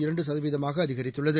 இரண்டு சதவீதமாக அதிகரித்துள்ளது